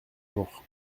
jours